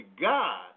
God